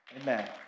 Amen